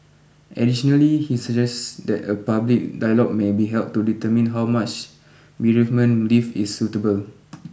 additionally he suggests that a public dialogue may be held to determine how much bereavement leave is suitable